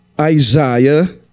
isaiah